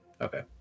Okay